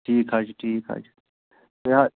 ٹھیٖک حظ چھُ ٹھیٖک حظ چھُ یا